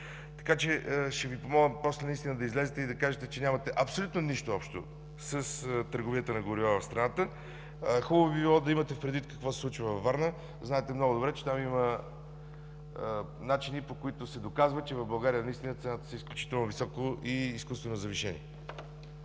Така че ще Ви помоля после да излезете и да кажете, че нямате абсолютно нищо общо с търговията на горива в страната. Хубаво би било да имате предвид какво се случва във Варна. Знаете много добре, че там има начини, по които се доказва, че цените са наистина изключително високи и изкуствено завишени.